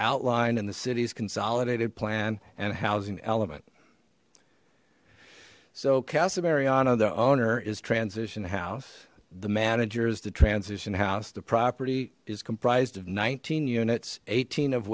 outlined in the city's consolidated plan and housing element so casa mariana the owner is transition house the managers the transition house the property is comprised of nineteen units eighteen of